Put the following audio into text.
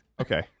Okay